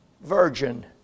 virgin